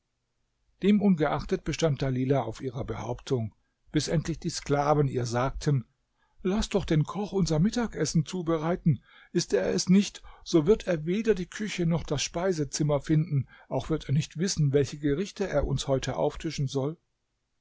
demungeachtet bestand dalilah auf ihrer behauptung bis endlich die sklaven ihr sagten laß doch den koch unser mittagsessen zubereiten ist er es nicht so wird er weder die küche noch das speisezimmer finden auch wird er nicht wissen welche gerichte er uns heute auftischen soll